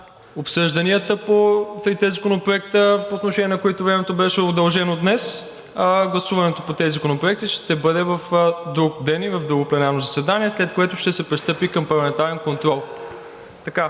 обсъжданията по трите законопроекта, по отношение на които времето беше удължено днес, а гласуването по тези законопроекти ще бъде в друг ден и в друго пленарно заседание, след което ще се пристъпи към парламентарен контрол.